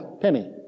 penny